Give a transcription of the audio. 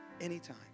Anytime